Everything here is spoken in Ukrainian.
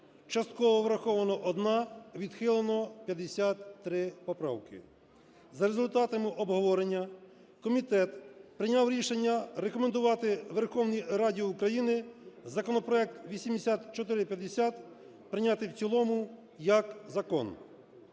частково врахована 1, відхилено 53 поправки. За результатами обговорення комітет прийняв рішення рекомендувати Верховній Раді України законопроект 8450 прийняти в цілому як закон.